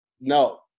No